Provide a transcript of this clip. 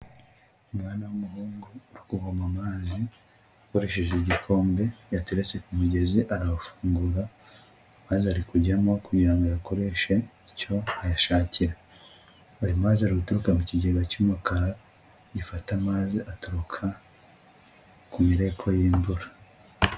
Umwana w'umuhungu uri kuvoma amazi akoresheje igikombe yateretse ku mugezi arawufungura amazi ari kujyamo kugira ngo ayakoreshe icyo ayashakira, ayo mazi ari guturuka mu kigega cy'umukara gifata amazi aturuka ku mireko y'imvura.